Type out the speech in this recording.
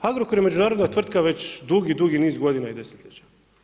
Agrokor je međunarodna tvrtka već dugi, dugi niz godina i desetljeća.